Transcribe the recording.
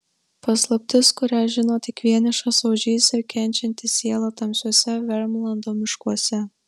paslaptis kurią žino tik vienišas ožys ir kenčianti siela tamsiuose vermlando miškuose